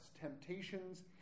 temptations